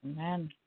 Amen